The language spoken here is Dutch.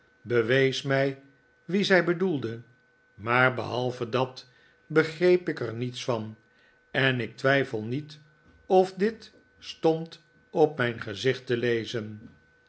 bewees mij wien zij bedoelde maar behalve dat begreep ik er niets van en ik twijfel niet of dit stond op mijn gezicht te lezen